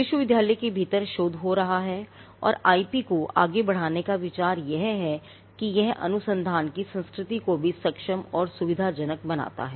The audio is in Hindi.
विश्वविद्यालय के भीतर एक शोध हो रहा है और आईपी को आगे बढ़ाने का विचार यह है कि यह अनुसंधान की संस्कृति को भी सक्षम और सुविधाजनक बनाता है